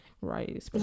right